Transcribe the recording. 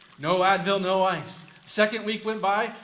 no advil, no ice. second week went by,